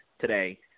today